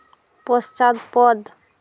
পশ্চাৎপদ